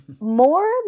more